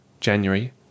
January